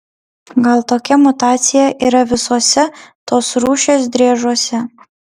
gal tokia mutacija yra visuose tos rūšies driežuose